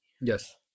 Yes